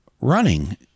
running